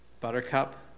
buttercup